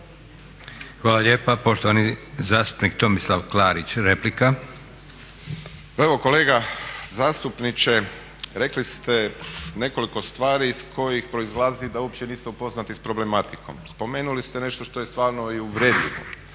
Hvala lijepa. Poštovani zastupnik Tomislav Klarić, replika. **Klarić, Tomislav (HDZ)** Pa evo kolega zastupniče rekli ste nekoliko stvari iz kojih proizlazi da uopće niste upoznati s problematikom. Spomenuli ste nešto što je stvarno i uvredljivo,